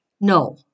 No